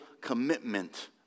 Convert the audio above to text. commitment